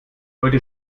heute